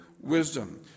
wisdom